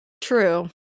true